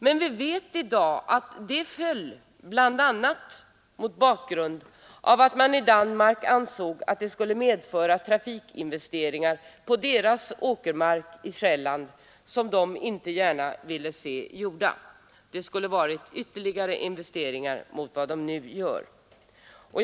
Men vi vet i dag att det förslaget föll, bl.a. mot bakgrund av att man i Danmark ansåg att det skulle medföra trafikinvesteringar på åkerjorden på Själland som danskarna inte gärna ville se gjorda. Det skulle ha blivit ytterligare investeringar i förhållande till vad de nu gör.